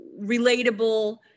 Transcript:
relatable